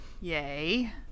yay